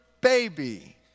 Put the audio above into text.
baby